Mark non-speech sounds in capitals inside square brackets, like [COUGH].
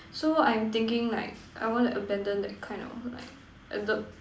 so I'm thinking like I want to abandon that kind of like [NOISE]